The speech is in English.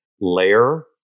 layer